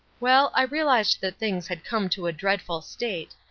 well, i realized that things had come to a dreadful state,